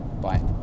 bye